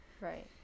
Right